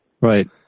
Right